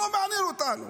לא מעניין אותנו.